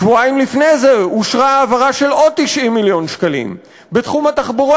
שבועיים לפני זה אושרה העברה של עוד 90 מיליון שקלים בתחום התחבורה.